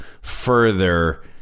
further